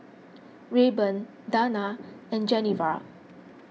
Rayburn Dana and Genevra